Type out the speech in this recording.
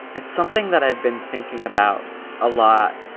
it's something that i've been thinking about a lot